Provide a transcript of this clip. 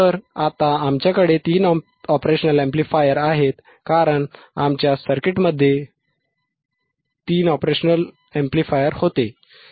तर आता आमच्याकडे तीन ऑपरेशनल अॅम्प्लिफायर आहेत कारण आमच्या सर्किटमध्ये आमच्याकडे तीन OP Amps होते